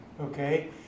okay